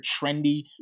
trendy